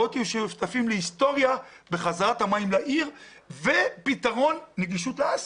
בואו תהיו שותפים להיסטוריה בהחזרת המים לעיר ופתרון נגישות ה-האסי.